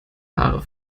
haare